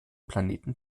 planeten